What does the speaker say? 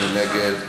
מי נגד?